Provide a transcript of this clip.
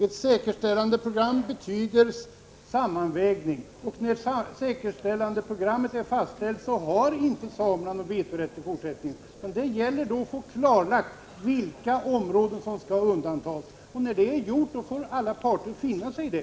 Ett säkerställandeprogram innebär att det görs en sammanvägning, och när säkerställandeprogrammet är fastställt har inte samerna någon vetorätt längre. Det gäller att få klarlagt vilka områden som skall undantas, och när det är gjort får alla parter finna sig i det.